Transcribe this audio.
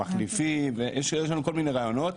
מחליפי יש לנו כל מיני רעיונות,